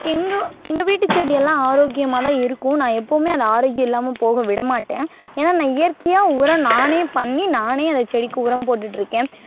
எங்க எங்கள் வீட்டுச்செடி எல்லாம் ஆரோக்கியமாக தான் இருக்கும் நான் எப்போதுமே அதை ஆரோக்கியம் இல்லாமல் போக விட மாட்டேன் ஏன்னா நான் இயற்கையாக உரம் நானே பண்ணி நானே அந்த செடிக்கு உரம் போட்டுட்டுருக்கேன்